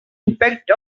impact